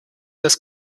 das